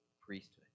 priesthood